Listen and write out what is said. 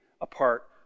apart